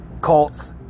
cults